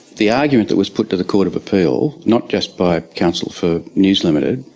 the argument that was put to the court of appeal, not just by counsel for news ltd,